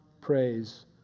Praise